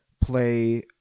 play